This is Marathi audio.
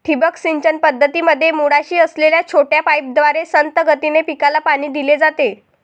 ठिबक सिंचन पद्धतीमध्ये मुळाशी असलेल्या छोट्या पाईपद्वारे संथ गतीने पिकाला पाणी दिले जाते